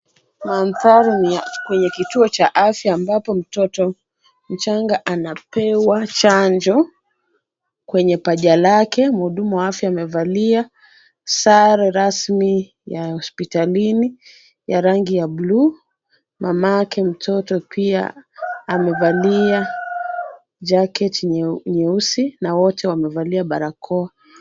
Mandhari ni ya kwenye kituo cha afya, ambapo mtoto mchanga anapewa chanjo kwenye paja lake. Muhudumu wa afya amevalia sare rasmi ya hospitalini, ya rangi ya blue . Mamake mtoto pia amevalia jacket nyeusi, na wote wamevalia barakoa.